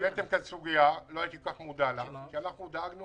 העליתם כאן סוגיה שלא הייתי מודע לה כל כך כי אנחנו דאגנו